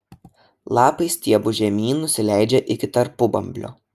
lapai stiebu žemyn nusileidžia iki tarpubamblio